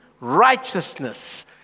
righteousness